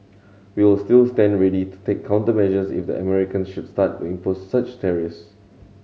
we will still stand ready to take countermeasures if the Americans should start to impose such tariffs